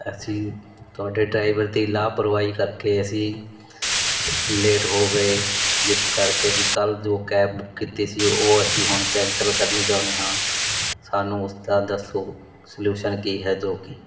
ਅਸੀਂ ਤੁਹਾਡੇ ਡਰਾਈਵਰ ਦੀ ਲਾਪਰਵਾਹੀ ਕਰਕੇ ਅਸੀਂ ਲੇਟ ਹੋ ਗਏ ਜਿਸ ਕਰਕੇ ਅਸੀਂ ਕੱਲ ਜੋ ਕੈਬ ਕੀਤੀ ਸੀ ਉਹ ਅਸੀਂ ਹੁਣ ਕੈਂਸਲ ਕਰਨੀ ਚਾਹੁੰਦੇ ਹਾਂ ਸਾਨੂੰ ਉਸਦਾ ਦੱਸੋ ਸਲਿਊਸ਼ਨ ਕੀ ਹੈ ਜੋ ਕੀ